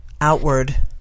outward